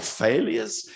failures